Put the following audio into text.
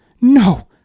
No